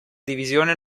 divisione